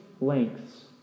lengths